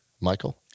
Michael